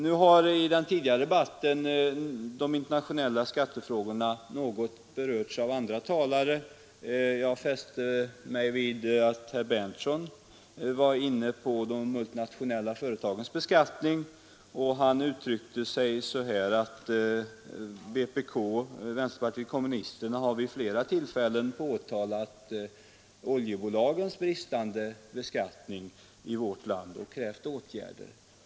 I den tidigare debatten har de internationella skattefrågorna något berörts av andra talare. Jag fäste mig vid att herr Berndtson i Linköping var inne på de multinationella företagens beskattning och uttryckte sig så, att vänsterpartiet kommunisterna vid flera tillfällen har påtalat oljebolagens bristande skattebetalning i vårt land och krävt åtgärder.